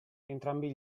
entrambi